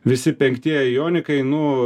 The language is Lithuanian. visi penktieji jonikai nu